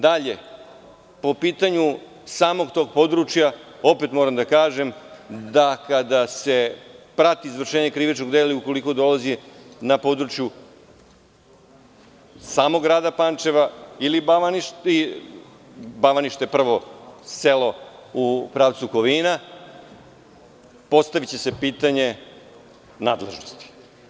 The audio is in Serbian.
Dalje, po pitanju samog tog područja, opet moram da kažem da, kada se prati izvršenje krivičnog dela, ukoliko dolazi na području samog grada Pančeva, Bavanište je prvo selu u pravcu Kovina, postaviće se pitanje nadležnosti.